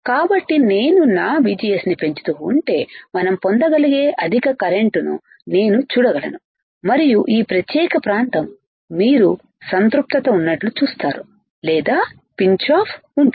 కాబట్టి నేను నా VGS ని పెంచుతూ ఉంటే మనం పొందగలిగే అధిక కరెంట్ను నేను చూడగలను మరియు ఈ ప్రత్యేక ప్రాంతం మీరు సంతృప్తత ఉన్నట్లు చూస్తారు లేదా పించాఫ్ ఉంటుంది